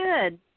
good